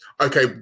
okay